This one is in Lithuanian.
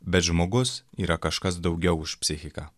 bet žmogus yra kažkas daugiau už psichiką